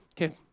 Okay